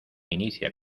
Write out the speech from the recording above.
inicia